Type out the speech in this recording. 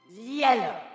Yellow